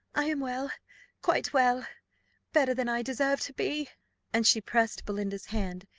i am well quite well better than i deserve to be and she pressed belinda's hand,